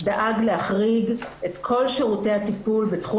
דאג להחריג את כל שירותי הטיפול בתחום